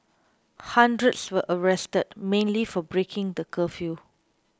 hundreds were arrested mainly for breaking the curfew